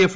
F